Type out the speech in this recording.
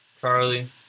Charlie